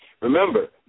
Remember